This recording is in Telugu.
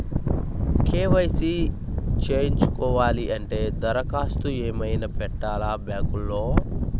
కే.వై.సి చేయించుకోవాలి అంటే దరఖాస్తు ఏమయినా పెట్టాలా బ్యాంకులో?